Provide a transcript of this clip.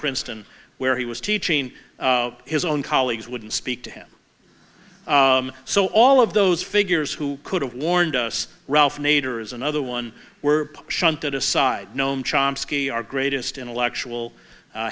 princeton where he was teaching his own colleagues wouldn't speak to him so all of those figures who could have warned us ralph nader is another one we're shunted aside noam chomsky our greatest intellectual